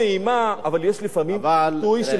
אני, אבל יש לפעמים טיפול בהלם.